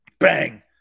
Bang